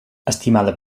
estimada